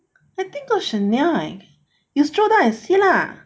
I think got Chanel you scroll down and see lah